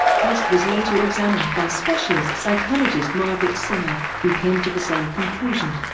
hearst was later examined by specialist psychologist margaret singer, who came to the same conclusion.